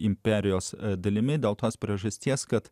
imperijos dalimi dėl tos priežasties kad